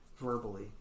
verbally